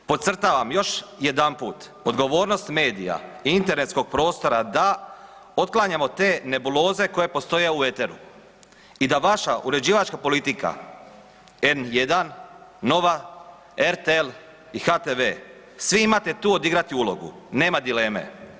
Podcrtavam još jedanput, odgovornost medija i internetskog prostora, da otklanjamo te nebuloze koje postoje u eteru i da vaša uređivačka politika, N1, Nova, RTL i HTV, svima imate tu odigrati ulogu, nema dileme.